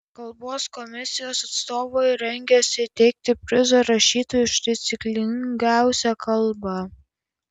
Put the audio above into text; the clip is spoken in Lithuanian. kalbos komisijos atstovas rengiasi įteikti prizą rašytojui už taisyklingiausią kalbą